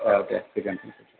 औ दे गोजोन्थों